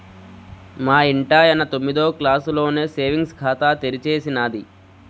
మా ఇంటాయన తొమ్మిదో క్లాసులోనే సేవింగ్స్ ఖాతా తెరిచేసినాది